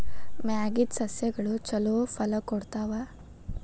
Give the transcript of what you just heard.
ಮಾಗಿದ್ ಸಸ್ಯಗಳು ಛಲೋ ಫಲ ಕೊಡ್ತಾವಾ?